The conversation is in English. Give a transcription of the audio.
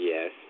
Yes